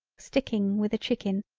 sticking with a chicken.